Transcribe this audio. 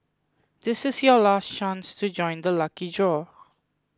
this is your last chance to join the lucky draw